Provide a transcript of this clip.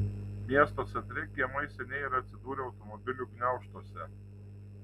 miesto centre kiemai seniai yra atsidūrę automobilių gniaužtuose